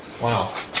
Wow